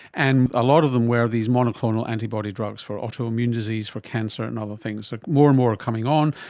and a lot of them were these monoclonal antibody drugs for autoimmune disease for cancer and other things. so like more and more are coming on,